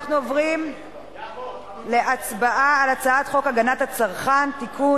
אנחנו עוברים להצבעה על הצעת חוק הגנת הצרכן (תיקון,